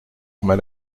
mal